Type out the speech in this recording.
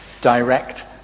direct